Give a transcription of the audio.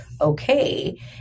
okay